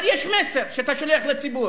אבל יש מסר שאתה שולח לציבור.